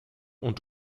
und